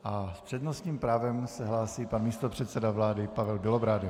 S přednostním právem se hlásí pan místopředseda vlády Pavel Bělobrádek.